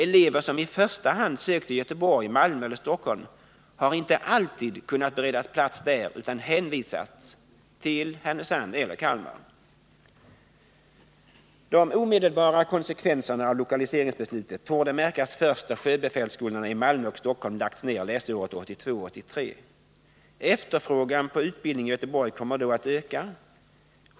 Elever som i första hand sökt till Göteborg, Malmö eller Stockholm har inte alltid kunnat beredas plats där utan hänvisats till Härnösand eller Kalmar. De omedelbara konsekvenserna av lokaliseringsbeslutet torde märkas först då sjöbefälsskolorna i Malmö och Stockholm lagts ner läsåret 1982/83. Efterfrågan på utbildning i Göteborg kommer då att öka.